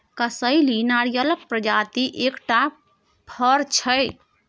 कसैली नारियरक प्रजातिक एकटा फर छै